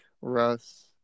Russ